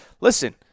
listen